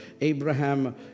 Abraham